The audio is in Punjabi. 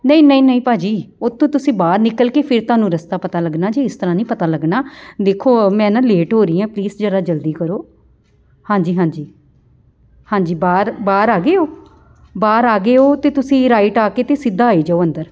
ਨਹੀਂ ਨਹੀਂ ਨਹੀਂ ਭਾਅ ਜੀ ਉਹ ਤੋਂ ਤੁਸੀਂ ਬਾਹਰ ਨਿਕਲ ਕੇ ਫਿਰ ਤੁਹਾਨੂੰ ਰਸਤਾ ਪਤਾ ਲੱਗਣਾ ਜੀ ਇਸ ਤਰ੍ਹਾਂ ਨਹੀਂ ਪਤਾ ਲੱਗਣਾ ਦੇਖੋ ਮੈਂ ਨਾ ਲੇਟ ਹੋ ਰਹੀ ਹਾਂ ਪਲੀਜ ਜਰਾ ਜਲਦੀ ਕਰੋ ਹਾਂਜੀ ਹਾਂਜੀ ਹਾਂਜੀ ਬਾਹਰ ਬਾਹਰ ਆ ਗਏ ਹੋ ਬਾਹਰ ਆ ਗਏ ਹੋ ਤਾਂ ਤੁਸੀਂ ਰਾਈਟ ਆ ਕੇ ਅਤੇ ਸਿੱਧਾ ਆਈ ਜਾਓ ਅੰਦਰ